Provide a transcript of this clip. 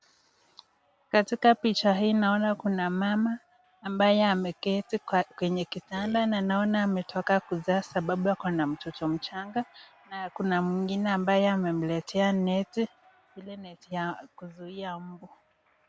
Katika picha hii naona kuna mama, ambaye ameketi kwenye kitanda, na naona ametoka kuzaa sababu akona mtoto mchanga. Na kuna mwingine ambaye amemletea neti ya kuzuia mbu.